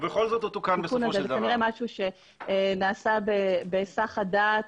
כנראה משהו שנעשה בהיסח הדעת